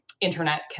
internet